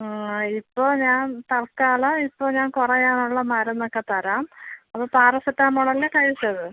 ആ ഇപ്പോൾ ഞാൻ തൽക്കാലം ഇപ്പോൾ ഞാൻ കുറയാനുള്ള മരുന്ന് ഒക്കെ തരാം അപ്പോൾ പാരസെറ്റമോൾ അല്ലേ കഴിച്ചത്